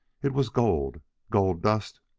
it was gold gold-dust,